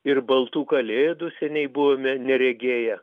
ir baltų kalėdų seniai buvome neregėję